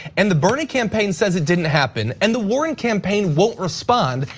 and the bernie campaign says it didn't happen and the warren campaign won't respond.